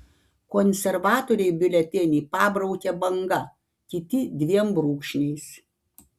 konservatoriai biuletenį pabraukia banga kiti dviem brūkšniais